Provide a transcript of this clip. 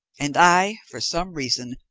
and i, for some reason,